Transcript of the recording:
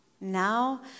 Now